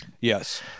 Yes